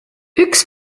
üks